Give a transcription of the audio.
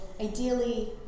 ideally